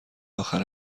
آخر